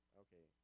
okay